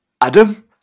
Adam